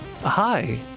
Hi